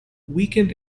weekend